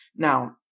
Now